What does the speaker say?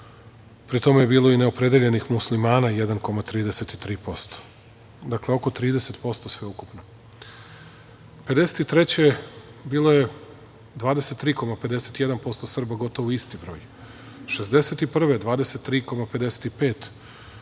pri tome je bilo i neopredeljenih Muslimana 1,33%. Dakle, oko 30% sve ukupno. Godine 1953. bilo je 23,51% Srba, gotovo isti broj. Godine 1961.